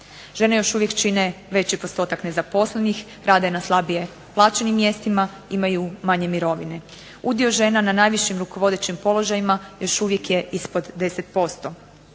Žene još uvijek čine veći postotak nezaposlenih, radije na slabije plaćenim mjestima, imaju manje mirovine. Udio žena na najvišim rukovodećim položajima još uvijek je ispod 10%.